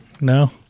No